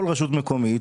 כל רשות מקומית.